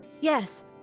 Yes